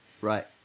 Right